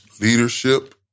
leadership